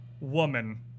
woman